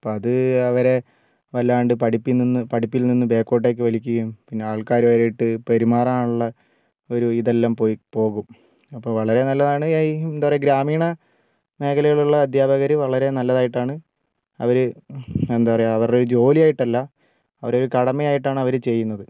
അപ്പോൾ അത് അവരെ വല്ലാണ്ട് പഠിപ്പിൽ നിന്ന് പഠിപ്പിൽ നിന്ന് ബാക്കോട്ടേക്ക് വലിക്കുകയും പിന്നെ ആൾക്കാരുമായിട്ട് പെരുമാറാൻ ഉള്ള ഒരു ഇതെല്ലാം പോയി പോകും അപ്പോൾ വളരെ നല്ലതാണ് എന്താ പറയുക ഗ്രാമീണ മേഖലയിലുള്ള അധ്യാപകർ വളരെ നല്ലതായിട്ടാണ് അവർ എന്താ പറയുക അവരുടെയൊരു ജോലി ആയിട്ടല്ല അവരെ ഒരു കടമയായിട്ടാണ് അവർ ചെയ്യുന്നത്